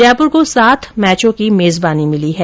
जयपुर को सात मैचों की मेजबानी मिली है